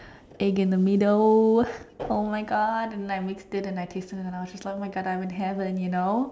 egg in the middle oh my God and I mixed it and I tasted and I was just like oh my God I'm in heaven you know